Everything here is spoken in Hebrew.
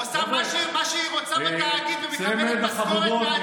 עושה מה שהיא רוצה בתאגיד ומקבלת משכורת מהציבור.